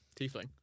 Tiefling